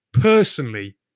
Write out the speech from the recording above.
personally